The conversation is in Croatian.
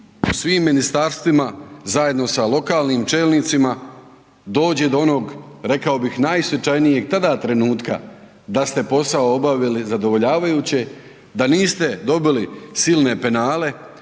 u svim ministarstvima, zajedno sa lokalnim čelnicima, dođe do onog, rekao bih, najsvečanijeg tada trenutka da ste posao obavili zadovoljavajuće, da niste dobili silne penale